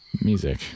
Music